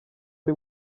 ari